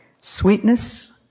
Sweetness